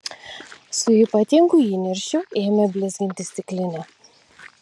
su ypatingu įniršiu ėmė blizginti stiklinę